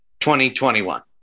2021